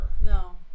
no